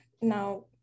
now